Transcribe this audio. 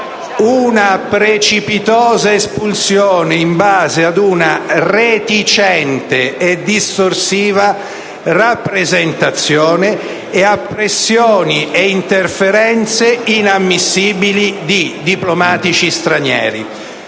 una «precipitosa espulsione» in base ad una «reticente e distorsiva rappresentazione» e a «pressioni e interferenze inammissibili» di diplomatici stranieri.